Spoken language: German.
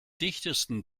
dichtesten